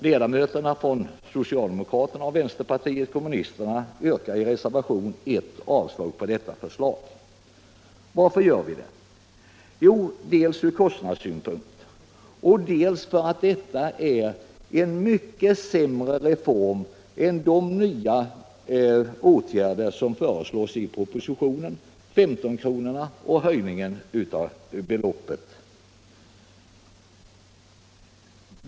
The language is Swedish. Ledamöterna från socialdemokraterna och vänsterpartiet kommunisterna yrkar i reservationen 1 avslag på detta förslag, dels från kostnadssynpunkt, dels för att detta är en mycket sämre reform än de nya åtgärder som föreslås i propositionen — bidraget på 15 kr. per utbildningstimme och höjningen av beloppet i övrigt.